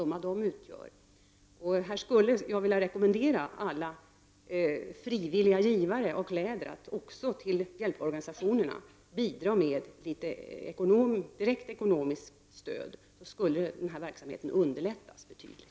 Jag skulle därför vilja rekommendera alla frivilliga givare av kläder att också bidra med ett direkt ekonomiskt stöd till hjälporganisationerna för det här ändamålet. Då skulle den här verksamheten underlättas betydligt.